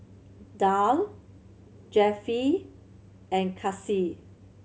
Darl Jeffie and Kasey